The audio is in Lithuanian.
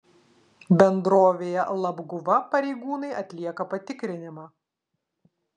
bendrovėje labguva pareigūnai atlieka patikrinimą